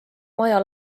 maja